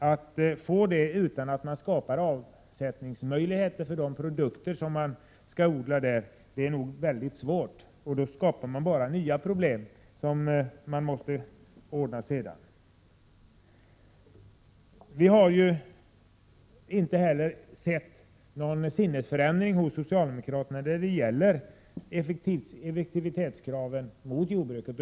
Att göra det utan att skapa avsättningsmöjligheter för de produkter som skall odlas är nog väldigt svårt — därmed skapas bara nya problem som sedan måste lösas. Det har inte heller märkts någon sinnesförändring hos socialdemokraterna när det gäller effektivitetskraven inom jordbruket.